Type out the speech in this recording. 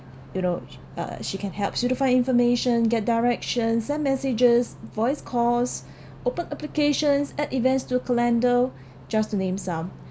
you know uh she can helps you to find information get directions send messages voice calls open applications add events to your calendar just to name some